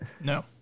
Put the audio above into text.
No